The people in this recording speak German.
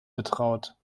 betraut